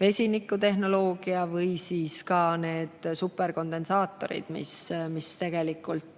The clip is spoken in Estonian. vesinikutehnoloogia või superkondensaatorid, mis tegelikult